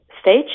stage